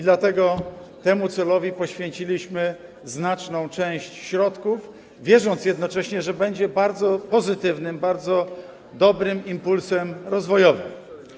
Dlatego temu celowi poświęciliśmy znaczną część środków, wierząc jednocześnie, że będzie to bardzo pozytywnym, bardzo dobrym impulsem rozwojowym.